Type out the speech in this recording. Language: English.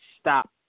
stop